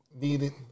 needed